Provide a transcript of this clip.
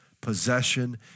possession